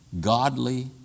godly